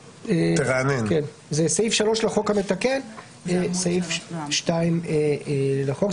זה סעיף 3 לחוק המתקן וסעיף 2 לחוק,